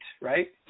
Right